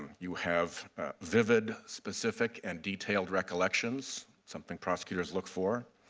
you have vivid, specific, and detailed recollections, something prosecutors look for.